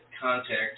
contact